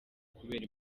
kubera